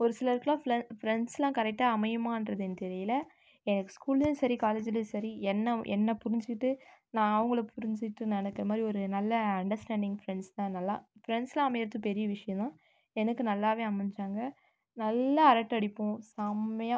ஒரு சிலருக்கெலாம் ஃப்ள ஃப்ரெண்ட்ஸ்லாம் கரெக்டாக அமையுமான்றது எனக்கு தெரியல எனக்கு ஸ்கூல்லையும் சரி காலேஜ்லையும் சரி என்னை என்னை புரிஞ்சிக்கிட்டு நான் அவங்கள புரிஞ்சிகிட்டு நடக்கிற மாதிரி ஒரு நல்ல அண்டஸ்டாண்டிங் ஃப்ரெண்ட்ஸ் தான் நல்லா ஃப்ரெண்ட்ஸ்லாம் அமையுறது பெரிய விஷயம் தான் எனக்கு நல்லாவே அமைஞ்சாங்க நல்லா அரட்டை அடிப்போம் செமையாக